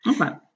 Okay